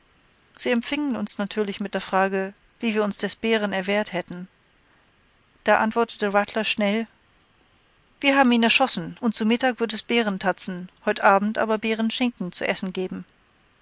sie empfingen uns natürlich mit der frage wie wir uns des bären erwehrt hätten da antwortete rattler schnell wir haben ihn erschossen und zu mittag wird es bärentatzen heut abend aber bärenschinken zu essen geben